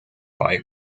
via